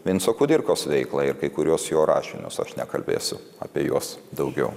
vinco kudirkos veiklą ir kai kuriuos jo rašinius aš nekalbėsiu apie juos daugiau